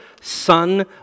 son